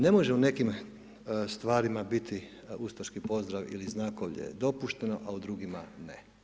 Ne može u nekim stvarima biti ustaški pozdrav ili znakovlje dopušteno, a u drugima ne.